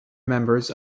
members